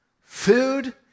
food